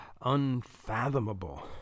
unfathomable